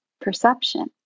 perception